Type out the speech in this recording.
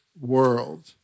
world